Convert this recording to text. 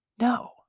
No